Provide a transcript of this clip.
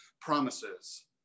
promises